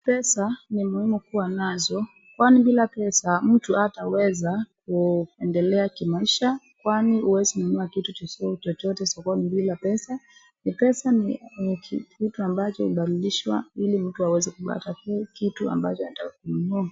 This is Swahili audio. Pesa ni muhimu kuwa nazo. Kwani bila pesa mtu hataweza kuendelea kimaisha kwani huwezi nunua kitu chochote chochote sokoni bila pesa. Ni pesa ni kitu ambacho hubadilishwa ili mtu aweze kupata kitu ambacho anataka kununua.